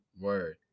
Word